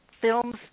films